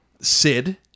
Sid